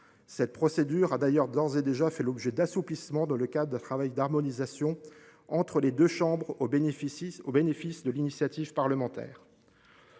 Cette procédure a d’ailleurs d’ores et déjà fait l’objet d’assouplissements dans le cadre d’un travail d’harmonisation entre les deux chambres, au bénéfice de l’initiative parlementaire.